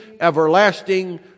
everlasting